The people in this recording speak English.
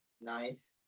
Nice